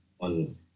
on